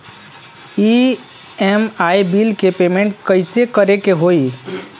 EMI bill के payment कइसे करे के होई?